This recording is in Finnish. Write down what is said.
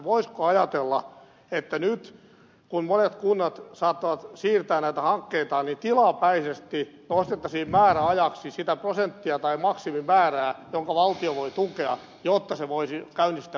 voisiko ajatella että nyt kun monet kunnat saattavat siirtää näitä hankkeitaan tilapäisesti nostettaisiin määräajaksi sitä prosenttia tai maksimimäärää jonka valtio voi tukea jotta voitaisiin käynnistää näitä hankkeita